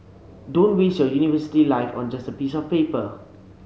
don't waste your university life on just a piece of paper